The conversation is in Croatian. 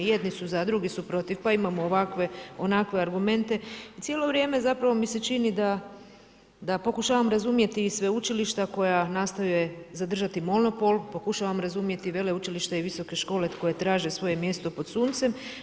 Jedni su za, drugi su protiv, pa imamo ovakve, onakve argumente i cijelo vrijeme zapravo mi se čini da pokušavam razumijte sveučilišta koje nastoje zadržati monopol, pokušavam razumjeti veleučilišta i visoke škole koje traže svoje mjesto pod suncem.